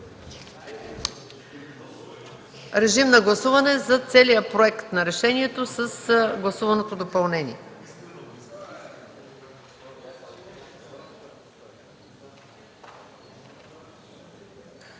Режим на гласуване за целия проект на решението с гласуваното допълнение.